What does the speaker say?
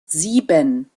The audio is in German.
sieben